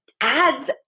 ads